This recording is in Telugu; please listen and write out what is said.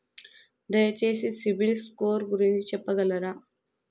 దయచేసి సిబిల్ స్కోర్ గురించి చెప్పగలరా?